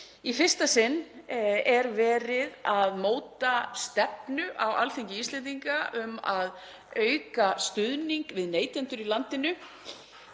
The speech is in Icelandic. Í fyrsta sinn er verið að móta stefnu á Alþingi Íslendinga um að auka stuðning við neytendur í landinu.